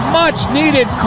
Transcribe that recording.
much-needed